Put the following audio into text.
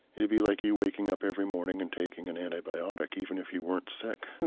it'd be like you waking up every morning and taking an antibiotic even if you weren't sick.